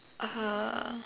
uh